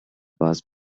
bass